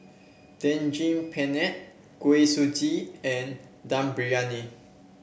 Daging Penyet Kuih Suji and Dum Briyani